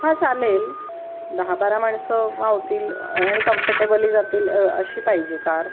हां चालेल दहा बारा माणसं मावतील आणि कम्फर्टेबलही जातील अशी पाहिजे कार